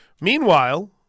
Meanwhile